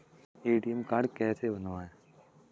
ATM card कैसे बनवाएँ?